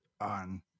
on